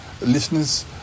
Listeners